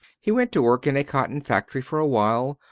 he went to work in a cotton factory for a while,